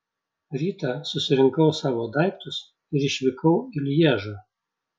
rytą susirinkau savo daiktus ir išvykau į lježą